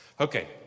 Okay